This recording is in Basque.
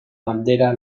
bandera